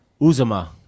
Uzama